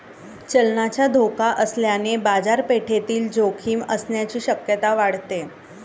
चलनाचा धोका असल्याने बाजारपेठेतील जोखीम असण्याची शक्यता वाढते